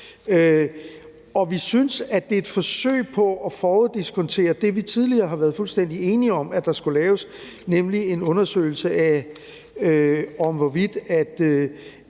og vi synes, at det er et forsøg på at foruddiskontere det, vi tidligere har været fuldstændige enige om at der skulle laves, nemlig en undersøgelse af, hvorvidt